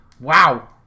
Wow